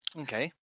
Okay